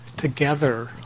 together